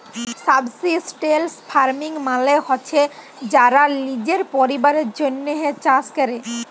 subsistence farming মালে হছে যারা লিজের পরিবারের জ্যনহে চাষ ক্যরে